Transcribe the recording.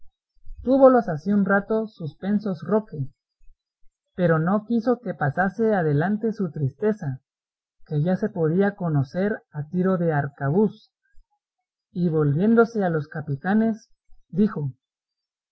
sus bienes túvolos así un rato suspensos roque pero no quiso que pasase adelante su tristeza que ya se podía conocer a tiro de arcabuz y volviéndose a los capitanes dijo